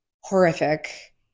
horrific